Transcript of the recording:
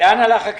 לאן הלך הכסף?